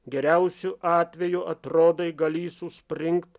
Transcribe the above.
geriausiu atveju atrodai galįs užspringt